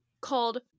called